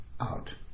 out